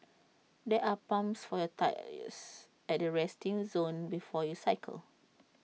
there are pumps for your tyres at the resting zone before you cycle